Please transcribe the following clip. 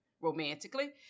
romantically